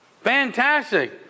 Fantastic